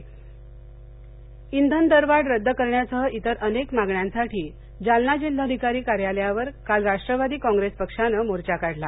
जालना इंधन दरवाढ रद्द करण्यासह इतर अनेक मागण्यांसाठी जालना जिल्हाधिकारी कार्यालावर काल राष्ट्रवादी काँप्रेस पक्षानं मोर्चा काढला